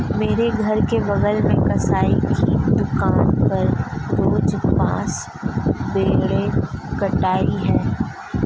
मेरे घर के बगल कसाई की दुकान पर रोज पांच भेड़ें कटाती है